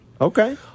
Okay